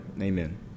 Amen